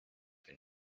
than